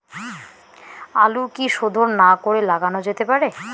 আলু কি শোধন না করে লাগানো যেতে পারে?